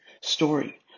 story